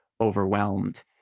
overwhelmed